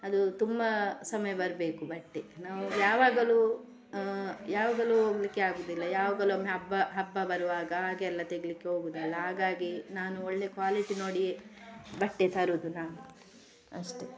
ಅದು ತುಂಬಾ ಸಮಯ ಬರಬೇಕು ಬಟ್ಟೆ ನಾವು ಯಾವಾಗಲು ಯಾವಾಗಲು ಹೋಗ್ಲಿಕ್ಕೆ ಆಗೋದಿಲ್ಲ ಯಾವಾಗಲೊಮ್ಮೆ ಹಬ್ಬ ಹಬ್ಬ ಬರುವಾಗ ಆಗೆಲ್ಲ ತೆಗಿಲಿಕ್ಕೆ ಹೋಗುದಲ್ಲ ಹಾಗಾಗಿ ನಾನು ಒಳ್ಳೆ ಕ್ವಾಲಿಟಿ ನೋಡಿಯೇ ಬಟ್ಟೆ ತರೋದು ನಾನು ಅಷ್ಟೆ